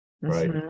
right